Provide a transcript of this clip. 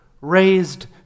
raised